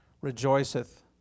rejoiceth